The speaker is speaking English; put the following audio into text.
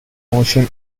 motion